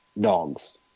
dogs